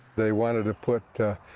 they wanted to put, ah,